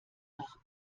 nach